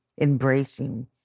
embracing